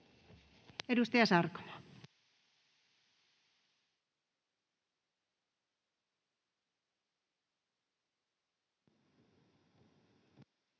Edustaja Sarkomaa.